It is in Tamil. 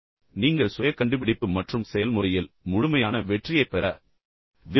நீங்கள் சுய கண்டுபிடிப்பு மற்றும் செயல்முறையில் முழுமையான வெற்றியை பெற விரும்புகிறேன்